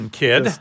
kid